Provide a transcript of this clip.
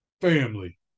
Family